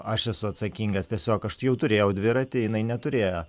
aš esu atsakingas tiesiog aš jau turėjau dviratį jinai neturėjo